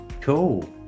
Cool